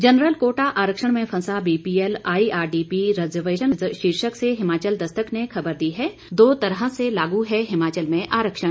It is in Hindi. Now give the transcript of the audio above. जनरल कोटा आरक्षण में फंसा बीपीएल आईआरडीपी रिजर्वेशन शीर्षक से हिमाचल दस्तक ने खबर दी है दो तरह से लागू है हिमाचल में आरक्षण